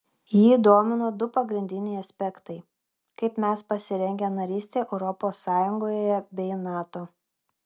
jį domino du pagrindiniai aspektai kaip mes pasirengę narystei europos sąjungoje bei nato